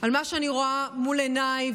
על מה שאני רואה מול עיניי,